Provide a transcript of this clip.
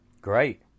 great